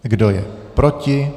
Kdo je proti?